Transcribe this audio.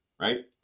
right